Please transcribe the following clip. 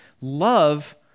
Love